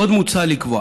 עוד מוצע לקבוע